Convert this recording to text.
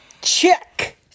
Check